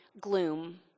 gloom